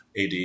AD